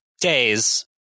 days